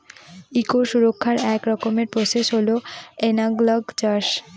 eco সুরক্ষার এক রকমের প্রসেস হল এনালগ চাষ